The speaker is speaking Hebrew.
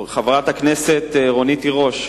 חברת הכנסת רונית תירוש,